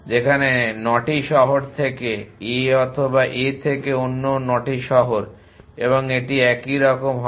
যেখানে 9টি শহর থেকে এ অথবা a থেকে অন্য 9 টি শহর এবং এটি এখনও একই রকম হবে